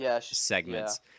segments